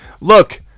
look